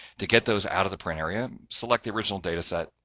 to get those out of the print area, um select the original data set,